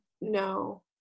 No